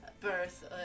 birth